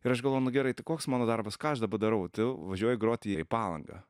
ir aš galvoju nu gerai tai koks mano darbas ką aš dabar darau tu važiuoji groti į palangą